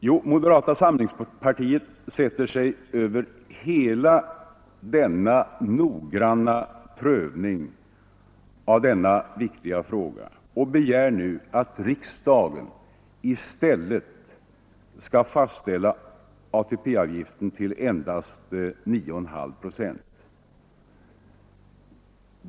Jo, moderata samlingspartiet sätter sig över hela denna noggranna prövning av denna viktiga fråga och begär nu att riksdagen i stället skall fastställa ATP-avgiften till endast 9,5 procent.